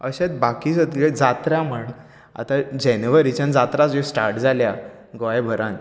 अशेंच बाकी सगळे जात्रा म्हण आतां जानेवारीच्यान जात्रा ज्यो स्टार्ट जाल्यात गोंयभरांत